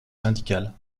syndicales